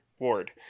Ward